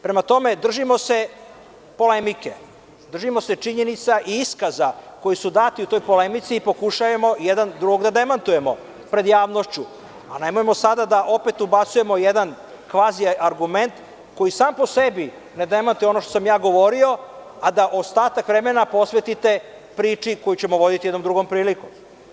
Prema tome, držimo se polemike, držimo se činjenica i iskaza koji su dati u toj polemici i pokušajmo jedan drugog da demantujemo pred javnošću, a nemojmo sada da opet ubacujemo jedan kvazi aergument, koji sam po sebi ne demantuje ono što sam ja govorio, a da ostatak vremena posvetite priči koju ćemo voditi jednom drugom prilikom.